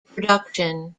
production